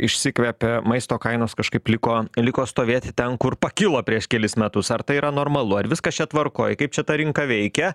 išsikvepė maisto kainos kažkaip liko liko stovėti ten kur pakilo prieš kelis metus ar tai yra normalu ar viskas čia tvarkoj kaip čia ta rinka veikia